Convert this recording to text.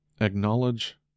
acknowledge